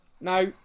now